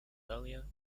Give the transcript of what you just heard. earlier